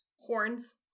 Horns